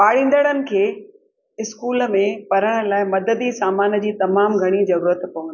पढ़ींदड़नि खे स्कूल में पढ़ण लाइ मददी सामान जी तमामु घणी ज़रूरत पवंदी आहे